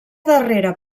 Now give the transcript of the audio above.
darrera